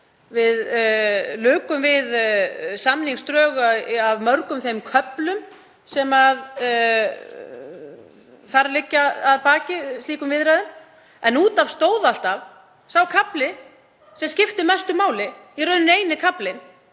Við lukum við samningsdrög af mörgum af þeim köflum sem liggja að baki slíkum viðræðum. En út af stóð alltaf sá kafli sem skiptir mestu máli, í rauninni eini kaflinn,